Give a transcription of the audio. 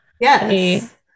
Yes